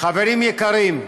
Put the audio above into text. חברים יקרים.